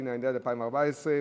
התשע"ד 2014,